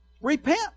Repent